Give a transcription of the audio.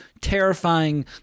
terrifying